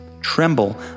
Tremble